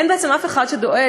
אין בעצם אף אחד שדואג,